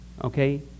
Okay